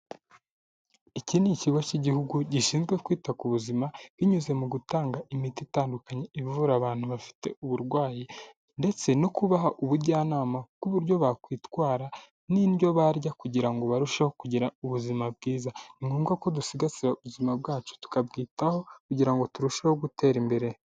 Iki ni ikigo cy'igihugu gishinzwe kwita ku buzima binyuze mu gutanga imiti itandukanye ivura abantu bafite uburwayi ndetse no kubaha ubujyanama ku buryo bakwitwara n'indyo barya kugira ngo barusheho kugira ubuzima bwiza, ni ngombwa ko dusigasira ubuzima bwacu tukabyitaho kugira ngo turusheho gutera imbere.